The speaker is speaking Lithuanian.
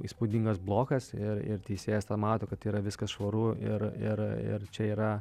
įspūdingas blokas ir ir teisėjas tą mato kad yra viskas švaru ir ir čia yra